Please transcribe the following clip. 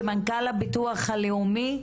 שמנכ"ל הביטוח הלאומי,